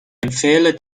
empfehle